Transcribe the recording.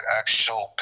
actual